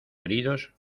heridos